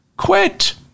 Quit